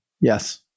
Yes